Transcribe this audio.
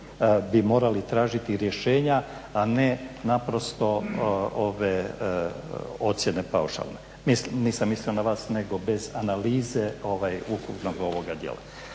bi morali tražiti rješenja a ne naprosto ocjene paušalne. Mislim, nisam mislio na vas nego bez analize ukupnog ovoga dijela.